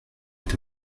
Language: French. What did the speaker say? est